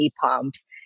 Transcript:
pumps